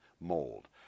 mold